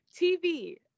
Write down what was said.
TV